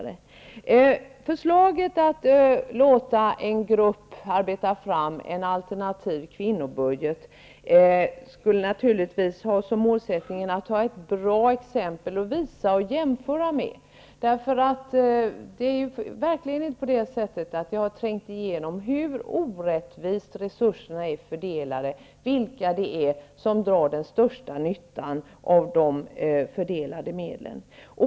Förslaget att låta en grupp arbeta fram en alternativ kvinnobudget har naturligtvis som målsättning att vara ett bra exempel att visa upp och jämföra med. Det har verkligen inte trängt igenom hur orättvist resurserna är fördelade, vilka som drar den största nyttan av de fördelade medlen.